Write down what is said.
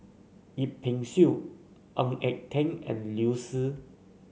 Yip Pin Xiu Ng Eng Teng and Liu Si